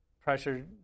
pressure